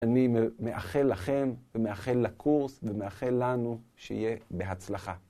אני מאחל לכם ומאחל לקורס ומאחל לנו שיהיה בהצלחה.